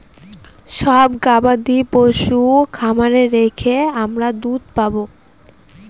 সব গবাদি পশু খামারে রেখে আমরা দুধ পাবো